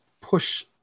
push